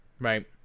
right